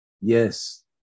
yes